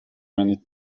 many